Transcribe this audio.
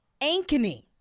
Ankeny